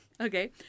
Okay